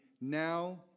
now